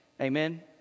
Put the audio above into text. Amen